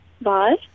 Bye